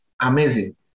amazing